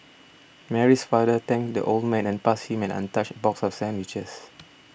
Mary's father thanked the old man and passed him an untouched box of sandwiches